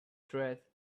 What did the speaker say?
tread